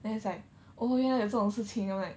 then it's like oh ya 有这种事情 like